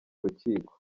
rukiko